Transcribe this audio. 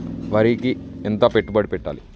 వరికి ఎంత పెట్టుబడి పెట్టాలి?